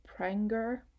Pranger